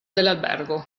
dell’albergo